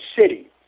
city